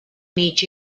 meet